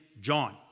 John